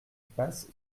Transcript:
passe